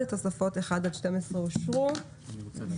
הצבעה אושר תוספות 1 עד 12 אושרו פה אחד.